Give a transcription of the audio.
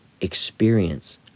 experience